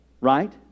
Right